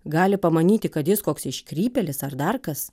gali pamanyti kad jis koks iškrypėlis ar dar kas